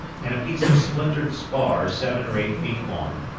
and a piece of splintered spar seven or eight feet long,